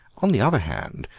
on the other hand,